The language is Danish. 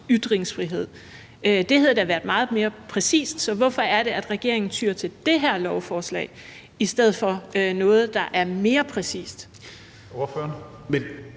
ytringsfrihed. Det havde da været meget mere præcist. Så hvorfor er det, at regeringen tyer til det her lovforslag i stedet for noget, der er mere præcist?